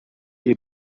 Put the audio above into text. you